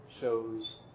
shows